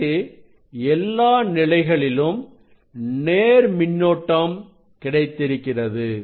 எனக்கு எல்லா நிலைகளிலும் நேர் மின்னோட்டம் கிடைத்திருக்கிறது